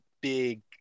big